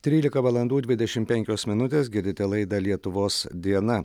trylika valandų dvidešim penkios minutės girdite laidą lietuvos diena